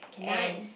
and